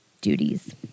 duties